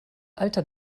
alter